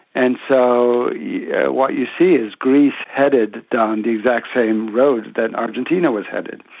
and so yeah what you see is greece headed down the exact same road that argentina was headed.